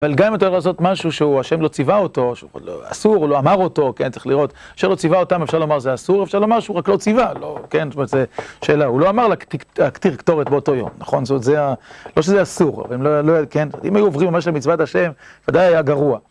אבל גם אם אתה אוהב לעשות משהו שהוא ה' לא ציווה אותו, שהוא אסור, הוא לא אמר אותו, כן, צריך לראות, "אשר לא ציווה אותם" אפשר לומר שזה אסור, אפשר לומר שהוא רק לא ציווה, לא, כן, זאת אומרת, זו שאלה הוא לא אמר להקטיר קטורת באותו יום, נכון? זאת, זה, לא שזה אסור, אבל אם לא, כן, אם היו עוברים ממש על מצוות ה', ודאי היה גרוע